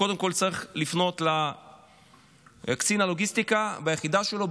קודם כול צריך לפנות לקצין הלוגיסטיקה ביחידה שלו,